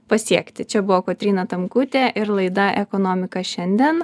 pasiekti čia buvo kotryna tamkutė ir laida ekonomika šiandien